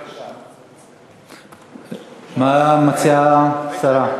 מה מציעה השרה?